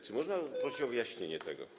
Czy można prosić o wyjaśnienie tego?